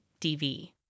DV